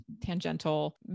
tangential